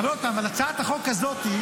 אבל עוד פעם, הצעת החוק הזאת,